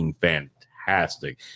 fantastic